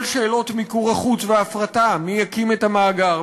כל שאלות מיקור החוץ וההפרטה, מי יקים את המאגר?